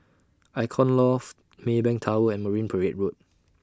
Icon Loft Maybank Tower and Marine Parade Road